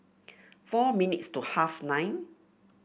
four minutes to half nine